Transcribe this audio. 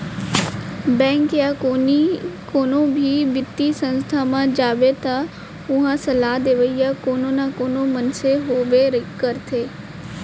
bank या कोनो भी बित्तीय संस्था म जाबे त उहां सलाह देवइया कोनो न कोनो मनसे होबे करथे